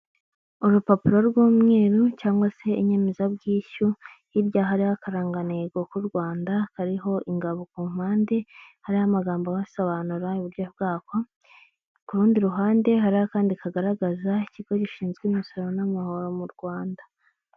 Urupapuro rw'umweru cyangwa se inyemezabwishyu, hirya hari akaranganego k'u Rwanda kariho ingabo ku mpande, hari amagambo ahasobanura uburyo bwako, ku rundi ruhande hariho akandi kagaragaza ikigo gishinzwe imisoro n'amahoro mu Rwanda.